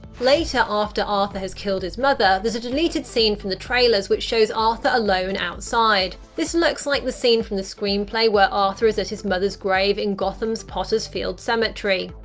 later, after arthur has killed his mother, there's a deleted scene from the trailers which shows arthur alone outside. this looks like the scene from the screenplay where arthur is at his mother's grave in gotham's potter's field cemetery.